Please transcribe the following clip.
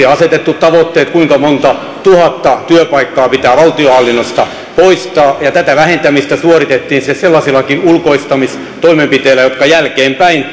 asetettu tavoitteet kuinka monta tuhatta työpaikkaa pitää valtionhallinnosta poistaa ja tätä vähentämistä suoritettiin sellaisillakin ulkoistamistoimenpiteillä jotka jälkeenpäin